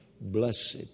Blessed